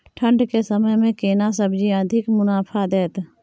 ठंढ के समय मे केना सब्जी अधिक मुनाफा दैत?